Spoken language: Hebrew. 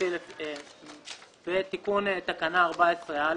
בתיקון תקנה 14א